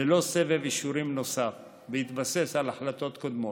ללא סבב אישורים נוסף, בהתבסס על החלטות קודמות.